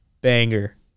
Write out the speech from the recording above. banger